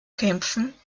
kämpfen